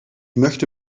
möchte